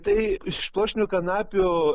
tai iš pluoštinių kanapių